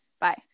Bye